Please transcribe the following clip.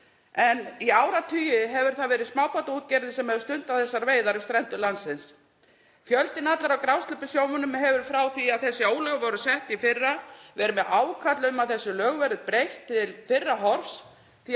en í áratugi hefur það verið smábátaútgerðin sem hefur stundað þessar veiðar við strendur landsins. Fjöldinn allur af grásleppusjómönnum hefur frá því að þessi ólög voru sett í fyrra verið með ákall um að lögunum verði breytt til fyrra horfs því að